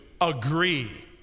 agree